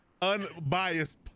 Unbiased